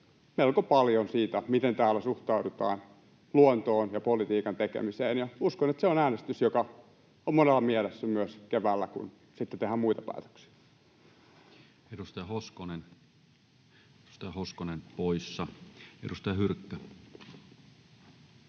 melko paljon siitä, miten täällä suhtaudutaan luontoon ja politiikan tekemiseen, ja uskon, että se on äänestys, joka on monella mielessä myös keväällä, kun sitten tehdään muita päätöksiä. Edustaja Hoskonen poissa. — Edustaja Hyrkkö.